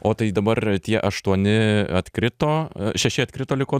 o tai dabar tie aštuoni atkrito šeši atkrito liko